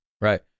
right